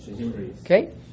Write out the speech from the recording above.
Okay